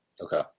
Okay